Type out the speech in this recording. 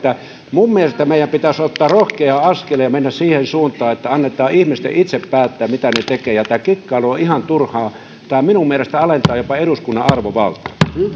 minun mielestäni meidän pitäisi ottaa rohkea askel ja mennä siihen suuntaan että annetaan ihmisten itse päättää mitä he tekevät tämä kikkailu on ihan turhaa tämä minun mielestäni alentaa jopa eduskunnan arvovaltaa